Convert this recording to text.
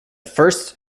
first